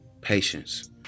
patience